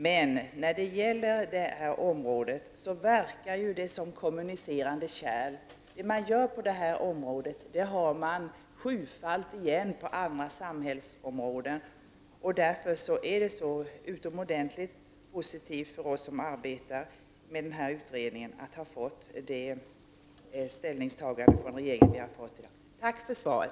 Men när det gäller det här området är det som med kommunicerande kärl; det som görs på det här området har man sjufalt igen på andra samhällsområden. Därför är det så utomordentligt positivt för oss som arbetar med denna utredning att vi har fått detta ställningstagande från regeringen. Än en gång: Tack för svaret!